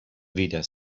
weder